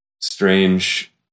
strange